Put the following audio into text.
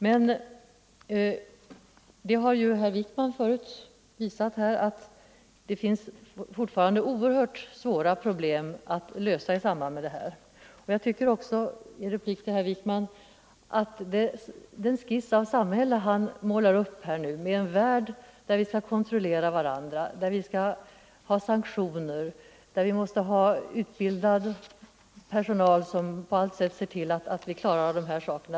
Men herr Wijkman har förut här visat att det fortfarande finns oerhört svåra problem att lösa i samband med detta. Jag tycker också, som en replik till herr Wijkman, att den skiss som han nu målar upp innebär en värld där vi skall kontrollera varandra, där vi skall ha sanktioner, där vi måste ha utbildad personal som på allt sätt ser till att vi klarar dessa saker.